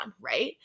right